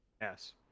Yes